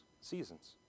seasons